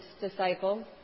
disciple